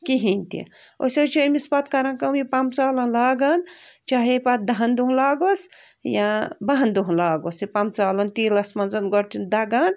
کِہیٖنی تہِ أسۍ حظ چھِ أمِس پتہٕ کَران کٲم یہِ پَمہٕ ژالن لاگان چاہے پَتہٕ دَہن دۄہن لاگٕہوس یا باہن دۄہن لاگٕہوس یہِ پَمہٕ ژالن تیٖلس منٛز گۄڈٕ چھِن دَگان